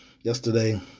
yesterday